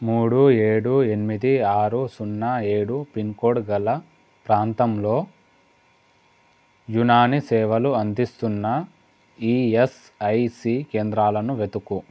మూడు ఏడు ఎనిమిది ఆరు సున్నా ఏడు పిన్కోడ్ గల ప్రాంతంలో యునానీ సేవలు అందిస్తున్న ఈఎస్ఐసి కేంద్రాలను వెతుకు